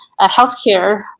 healthcare